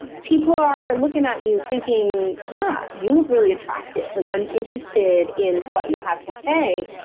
people are looking at you thinking, yeah, you look really attractive. like i'm interested in what you have to say.